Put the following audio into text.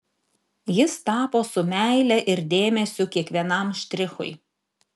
jis tapo su meile ir dėmesiu kiekvienam štrichui